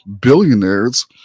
billionaires